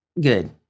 Good